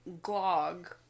Glog